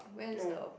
no